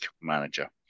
manager